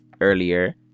earlier